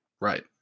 Right